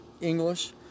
English